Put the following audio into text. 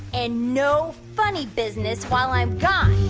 and no funny business while i'm gone.